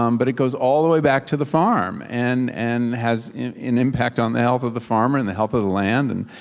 um but it goes all of the way back to the farm and and has an impact on the help of the farmer and the help of the land. and